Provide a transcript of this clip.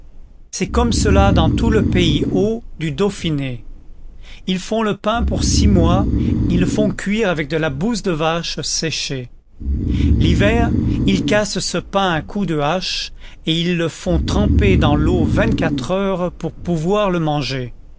c'est comme cela dans tout le pays haut du dauphiné ils font le pain pour six mois ils le font cuire avec de la bouse de vache séchée l'hiver ils cassent ce pain à coups de hache et ils le font tremper dans l'eau vingt-quatre heures pour pouvoir le manger